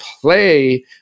play